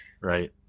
Right